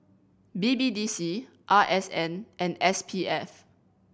B B D C R S N and S P F